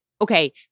Okay